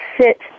sit